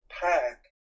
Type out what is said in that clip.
pack